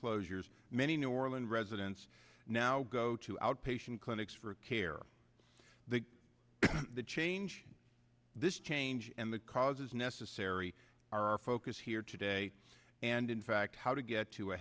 closures many new orleans residents now go to outpatient clinics for care they the change this change in the cars is necessary our focus here today and in fact how to get to a